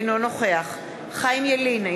אינו נוכח חיים ילין,